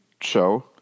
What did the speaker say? show